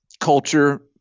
culture